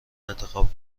انتخاب